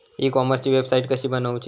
E कॉमर्सची website कशी बनवची?